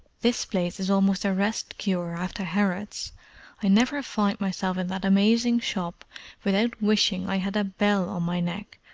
this place is almost a rest-cure after harrod's i never find myself in that amazing shop without wishing i had a bell on my neck,